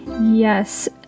Yes